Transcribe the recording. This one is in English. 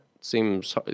seems